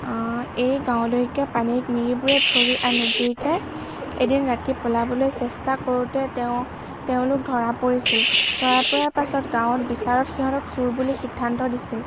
এই গাঁৱলৈকে পানেইক মিৰিবোৰে ধৰি আনে দুয়োটা এদিন ৰাতি পলাবলৈ চেষ্টা কৰোঁতে তেওঁ তেওঁলোক ধৰা পৰিছিল ধৰা পৰাৰ পাছত গাঁৱত বিচাৰত সিহঁতক চুৰ বুলি সিদ্ধান্ত দিছিল